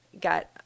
got